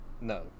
No